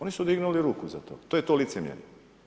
Oni su dignuli ruku za to, to je to licemjerje.